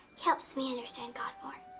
he helps me understand god more.